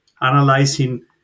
analyzing